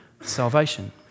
salvation